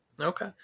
Okay